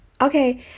Okay